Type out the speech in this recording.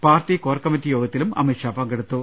party core committee യോഗത്തിലും അമിത് ഷാ പങ്കെടുത്തു